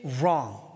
wrong